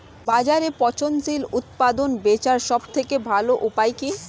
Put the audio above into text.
বাজারে পচনশীল উৎপাদন বেচার সবথেকে ভালো উপায় কি?